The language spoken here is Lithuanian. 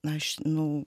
na aš nu